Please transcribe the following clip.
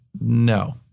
no